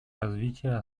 развития